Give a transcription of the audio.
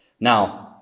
Now